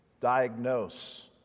diagnose